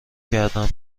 کردم